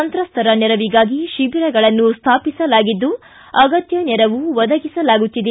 ಸಂತ್ರಸ್ತರ ನೆರವಿಗಾಗಿ ಶಿಬಿರಗಳನ್ನು ಸ್ಥಾಪಿಸಲಾಗಿದ್ದು ಅಗತ್ಯ ನೆರವು ಒದಗಿಸಲಾಗುತ್ತಿದೆ